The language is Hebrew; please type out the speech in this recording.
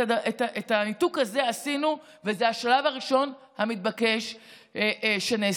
את הניתוק הזה עשינו וזה השלב הראשון המתבקש שנעשה.